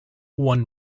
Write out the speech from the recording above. one